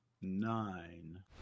nine